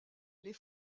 les